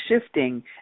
shifting